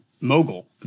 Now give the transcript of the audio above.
Mogul